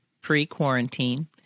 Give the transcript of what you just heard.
pre-quarantine